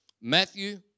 Matthew